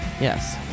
Yes